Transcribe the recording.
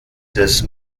des